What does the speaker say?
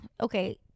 okay